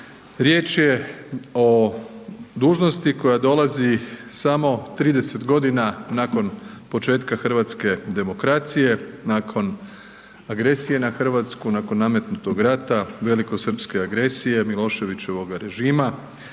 Riječ je o dužnosti koja dolazi samo 30.g. nakon početka hrvatske demokracije, nakon agresije na RH, nakon nametnutog rata velikosrpske agresije Miloševićevoga režima